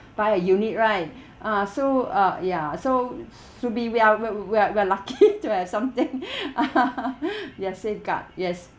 buy a unit right ah so uh ya so should be we are we're we're we're we are lucky to have something ya safeguard yes